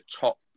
top